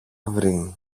βρει